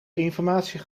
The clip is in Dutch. informatie